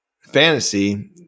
fantasy